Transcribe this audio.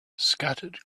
scattered